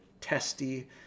testy